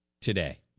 today